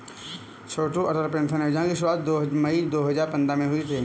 छोटू Atal pension योजना की शुरुआत मई दो हज़ार पंद्रह में हुई थी